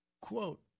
quote